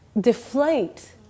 deflate